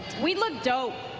we love dope.